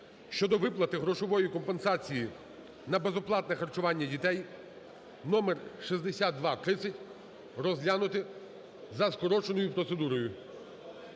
(щодо виплати грошової компенсації на безоплатне харчування дітей) (№ 6230) розглянути за скороченою процедурою.